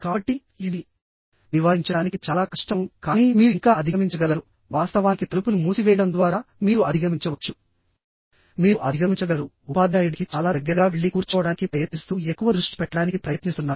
కాబట్టి ఇది నివారించడానికి చాలా కష్టం కానీ మీరు ఇంకా అధిగమించగలరువాస్తవానికి తలుపులు మూసివేయడం ద్వారా మీరు అధిగమించవచ్చు మీరు అధిగమించగలరు ఉపాధ్యాయుడికి చాలా దగ్గరగా వెళ్లి కూర్చోవడానికి ప్రయత్నిస్తూ ఎక్కువ దృష్టి పెట్టడానికి ప్రయత్నిస్తున్నారు